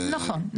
נכון.